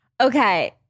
Okay